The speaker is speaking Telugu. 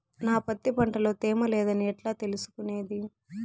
నా పత్తి పంట లో తేమ లేదని ఎట్లా తెలుసుకునేది?